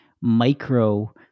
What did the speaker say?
micro